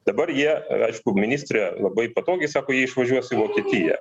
dabar jie aišku ministrė labai patogiai sako jie išvažiuos į vokietiją